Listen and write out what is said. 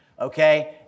Okay